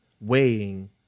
weighing